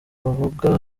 bavuga